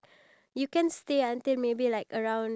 ya we can put at the top there